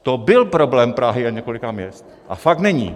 To byl problém Prahy a několika měst, a fakt není!